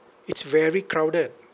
it's very crowded